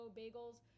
bagels